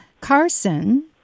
Carson